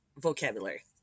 vocabulary